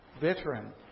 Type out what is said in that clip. veteran